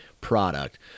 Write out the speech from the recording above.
product